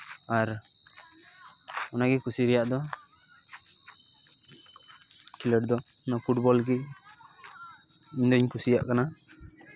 ᱟᱨ ᱚᱱᱟ ᱜᱮ ᱠᱩᱥᱤ ᱨᱮᱭᱟᱜ ᱫᱚ ᱠᱷᱮᱞᱳᱰ ᱫᱚ ᱯᱷᱩᱴᱵᱚᱞ ᱜᱮ ᱤᱧ ᱫᱩᱧ ᱠᱩᱥᱤᱭᱟᱜ ᱠᱟᱱᱟ